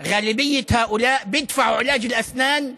של האנשים האלה.